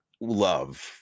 love